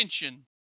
attention